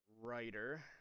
writer